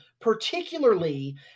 particularly